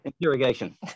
interrogation